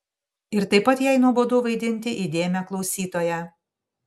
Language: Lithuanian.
ir taip pat jai nuobodu vaidinti įdėmią klausytoją